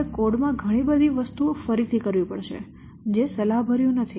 તમારે કોડ માં ઘણી બધી વસ્તુઓ ફરીથી કરવી પડશે જે સલાહભર્યું નથી